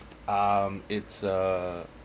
um it's uh